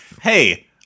hey